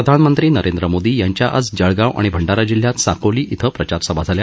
प्रधानमंत्री नरेंद्र मोदी यांच्या आज जळगाव आणि भंडारा जिल्हयात साकोली इथं प्रचारसभा झाल्या